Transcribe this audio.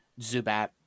Zubat